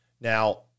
Now